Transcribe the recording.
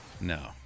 no